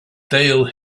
dale